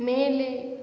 மேலே